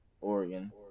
Oregon